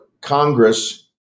Congress